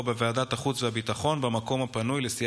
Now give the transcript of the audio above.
2. הצעת חוק לתיקון פקודת העיריות (צדק